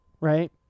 right